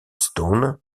stone